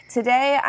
Today